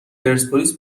پرسپولیس